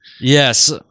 yes